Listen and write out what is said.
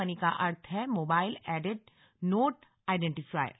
money का अर्थ है मोबाइल एडेड नोट आइडेंटीफायर